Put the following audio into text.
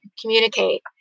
communicate